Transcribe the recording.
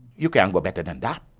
you can't go better than that,